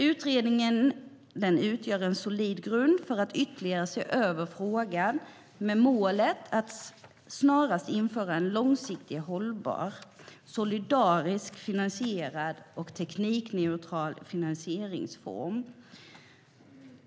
Utredningen utgör en solid grund för att ytterligare se över frågan med målet att snarast införa en långsiktigt hållbar, solidariskt finansierad och teknikneutral finansieringsform.